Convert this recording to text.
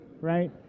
right